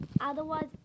Otherwise